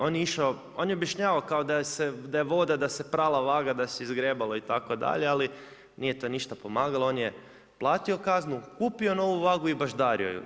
On je išao, on je objašnjavao kao da se, da je voda, da se je prala vaga, da se izgrebalo itd. ali nije to ništa pomagalo, on je platio kaznu, kupio novu vagu i baždario ju.